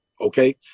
okay